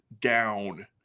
down